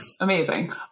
Amazing